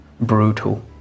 Brutal